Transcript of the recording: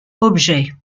objet